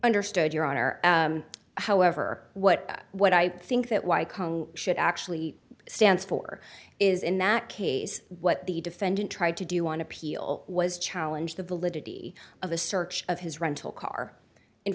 understood your honor however what what i think that should actually stands for is in that case what the defendant tried to do want to appeal was challenge the validity of the search of his rental car in